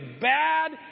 bad